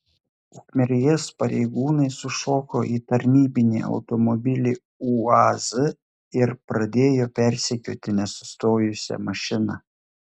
ukmergės pareigūnai sušoko į tarnybinį automobilį uaz ir pradėjo persekioti nesustojusią mašiną